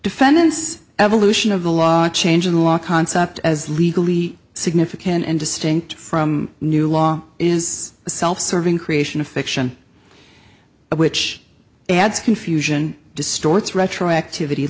defense evolution of the law a change in the law concept as legally significant and distinct from new law is a self serving creation of fiction which adds confusion distorts retroactivity